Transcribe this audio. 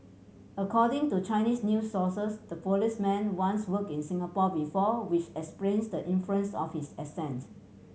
according to Chinese news sources the policeman once worked in Singapore before which explains the influence of his accent